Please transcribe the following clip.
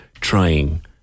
trying